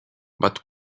but